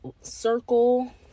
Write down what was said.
circle